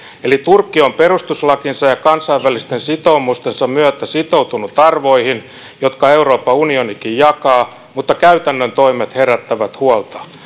eli turkki on perustuslakinsa ja kansainvälisten sitoumustensa myötä sitoutunut arvoihin jotka euroopan unionikin jakaa mutta käytännön toimet herättävät huolta